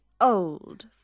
old